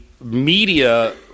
media